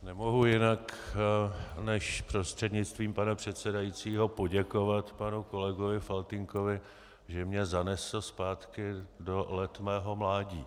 Nemohu jinak než prostřednictvím pana předsedajícího poděkovat panu kolegovi Faltýnkovi, že mě zanesl zpátky do letmého mládí.